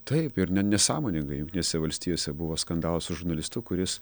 taip ir ne nesąmoningai jungtinėse valstijose buvo skandalas su žurnalistu kuris